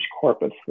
corpus